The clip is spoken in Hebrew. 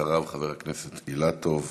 אחריו, חבר הכנסת אילטוב.